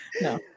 No